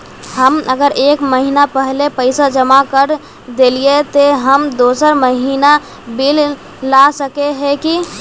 हम अगर एक महीना पहले पैसा जमा कर देलिये ते हम दोसर महीना बिल ला सके है की?